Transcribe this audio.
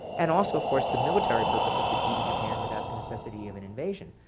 and also of course, the military purpose of defeating japan without the necessity of an invasion,